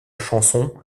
chanson